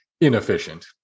inefficient